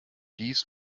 dies